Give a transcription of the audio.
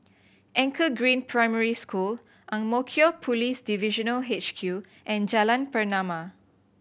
Anchor Green Primary School Ang Mo Kio Police Divisional H Q and Jalan Pernama